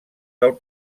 del